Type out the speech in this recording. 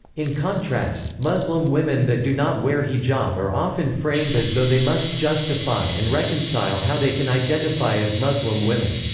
in contrast, muslim women that do not wear hijab are often framed as though they must justify and reconcile how they can identify as muslim women.